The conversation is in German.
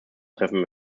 treffen